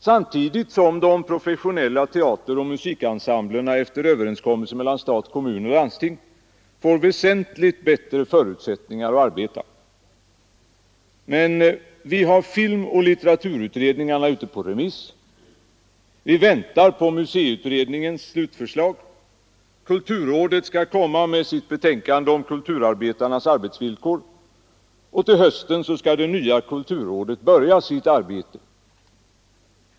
Samtidigt som de professionella teateroch musikensemblerna efter överenskommelse mellan stat, kommuner och landsting får väsentligt bättre förutsättningar att arbeta. Men vi har filmoch litteraturutredningarna ute på remiss, vi väntar på museiutredningens slutförslag, kulturrådet skall komma med sitt betänkande om kulturarbetarnas arbetsvillkor, och till hösten skall det nya kulturrådet börja sitt arbete.